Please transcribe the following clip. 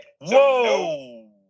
Whoa